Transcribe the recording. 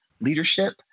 leadership